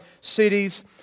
cities